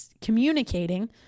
communicating